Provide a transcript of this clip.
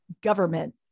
government